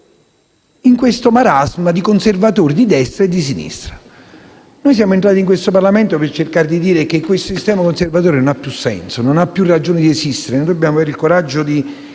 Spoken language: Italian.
in questo marasma di conservatori di destra e di sinistra. Noi siamo entrati in Parlamento per cercare di dire che questo sistema conservatore non ha più senso, non ha più ragione esistere: noi abbiamo il coraggio di